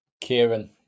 Kieran